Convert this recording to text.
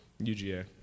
UGA